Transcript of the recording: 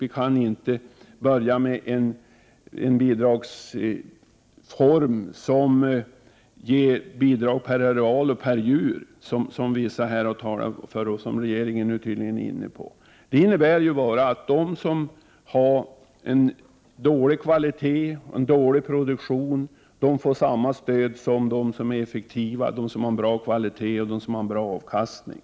Vi kan inte börja med en bidragsform med bidrag per hektar och per djur, som vissa talare här har förordat och som regeringen nu tydligen är inne på. Det innebär ju bara att de som har dålig kvalitet och dålig produktion får samma Prot. 1988/89:127 stöd som de som är effektiva, har bra kvalitet och bra avkastning.